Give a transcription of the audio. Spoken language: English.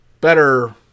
better